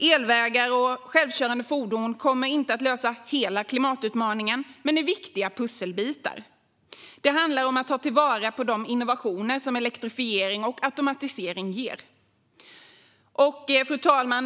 Elvägar och självkörande fordon kommer inte att lösa hela klimatutmaningen men är viktiga pusselbitar. Det handlar om att ta till vara de innovationer som elektrifiering och automatisering ger. Fru talman!